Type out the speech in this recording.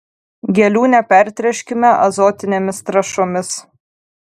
gėlių nepertręškime azotinėmis trąšomis